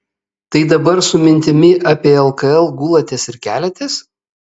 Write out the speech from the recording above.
tai dabar su mintimi apie lkl gulatės ir keliatės